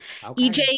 EJ